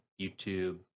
YouTube